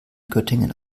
göttingen